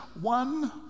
one